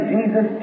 Jesus